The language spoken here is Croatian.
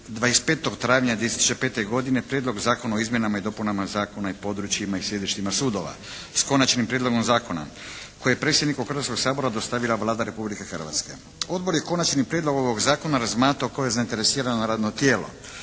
25. travnja 2005. godine Prijedlog Zakona o izmjenama i dopunama Zakona o područjima i sjedištima sudova s Konačnim prijedlogom zakona koji je predsjedniku Hrvatskog sabora dostavila Vlada Republike Hrvatske. Odbor je Konačni prijedlog ovoga Zakona razmatrao kao zainteresirano radno tijelo.